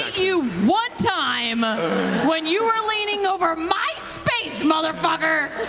you one time when you were leaning over my space, motherfucker!